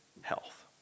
health